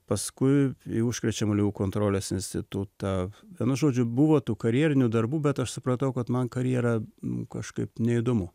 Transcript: paskui į užkrečiamų ligų kontrolės institutą vienu žodžiu buvo tų karjerinių darbų bet aš supratau kad man karjera kažkaip neįdomu